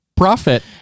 profit